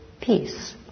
peace